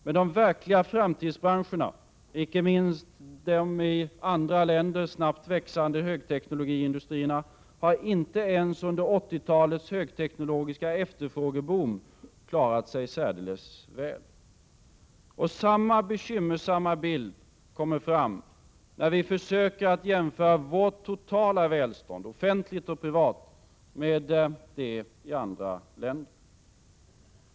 Men de verkliga framtidsbranscherna — icke minst de i andra länder snabbt växande högteknologiindustrierna — har inte ens under 1980-talets högteknologiska efterfrågeboom klarat sig särdeles väl. Samma bekymmersamma bild kommer fram, när vi försöker att jämföra vårt totala välstånd — offentligt och privat — med det i andra länder.